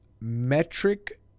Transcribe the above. metric